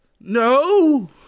no